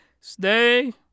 Stay